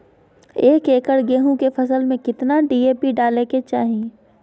एक एकड़ गेहूं के फसल में कितना डी.ए.पी डाले के चाहि?